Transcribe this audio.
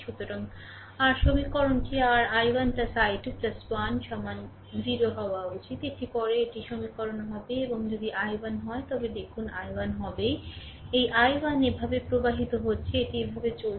সুতরাং r সমীকরণটি r i1 i 2 1 সমান 0 হওয়া উচিত এটি পরে একটি সমীকরণ হবে এবং যদি i1 হয় তবে দেখুন i1 হবে এই i1 এভাবে প্রবাহিত হচ্ছে এটি এভাবে চলছে